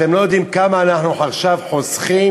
אתם לא יודעים כמה אנחנו עכשיו חוסכים,